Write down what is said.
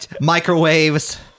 Microwaves